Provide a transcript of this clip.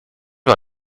war